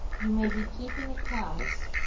you may be keeping accounts,